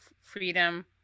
freedom